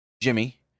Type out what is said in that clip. Jimmy